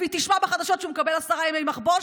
היא תשמע בחדשות שהוא מקבל עשרה ימי מחבוש,